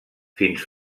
fins